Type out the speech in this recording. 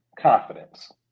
confidence